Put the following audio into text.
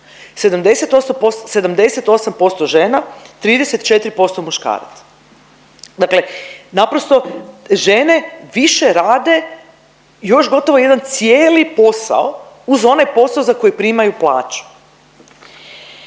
78% žena, 34% muškaraca. Dakle naprosto žene više rade još gotovo jedan cijeli posao uz onaj posao za koji primaju plaću.